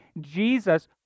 Jesus